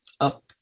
up